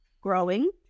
growing